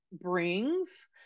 brings